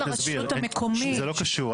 זה לא קשור.